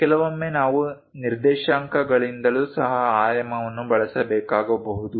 ಕೆಲವೊಮ್ಮೆ ನಾವು ನಿರ್ದೇಶಾಂಕಗಳಿಂದಲೂ ಸಹ ಆಯಾಮವನ್ನು ಬಳಸಬೇಕಾಗಬಹುದು